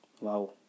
Wow